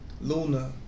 Luna